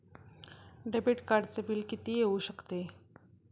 Debit कार्डचे bill किती येऊ शकते?